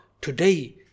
today